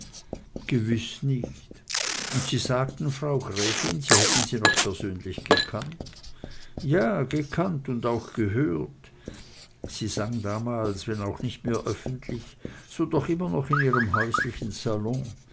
gewiß nicht und sie sagten frau gräfin sie hätten sie noch persönlich gekannt ja gekannt und auch gehört sie sang damals wenn auch nicht mehr öffentlich so doch immer noch in ihrem häuslichen salon